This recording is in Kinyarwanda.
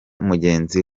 mugenzi